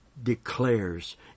declares